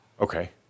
Okay